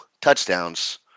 touchdowns